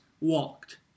walked